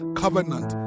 covenant